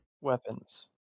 weapons